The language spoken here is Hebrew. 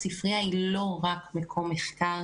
הספרייה היא לא רק מקום מחקר,